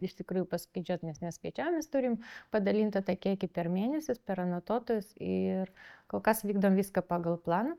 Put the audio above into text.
iš tikrųjų paskaičiuot nes neskaičiavom mes turim padalintą tą kiekį per mėnesius per anotuotojus ir kol kas vykdom viską pagal planą